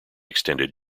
extended